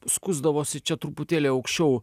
skusdavosi čia truputėlį aukščiau